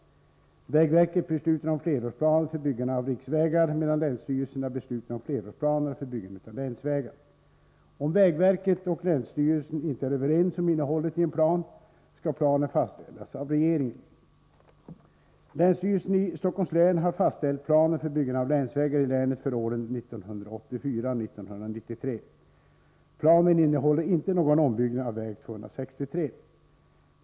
Vägverket beslutar om flerårsplanen för byggande av riksvägar, medan länsstyrelserna beslutar om flerårsplanerna för byggande av länsvägar. Om vägverket och en länsstyrelse inte är överens om innehållet i en plan, skall planen fastställas av regeringen. Länsstyrelsen i Stockholms län har fastställt planen för byggande av länsvägar i länet för åren 1984-1993. Planen innehåller inte någon ombyggnad av väg 263.